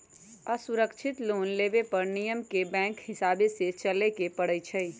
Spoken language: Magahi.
असुरक्षित लोन लेबे पर नियम के बैंकके हिसाबे से चलेए के परइ छै